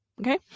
okay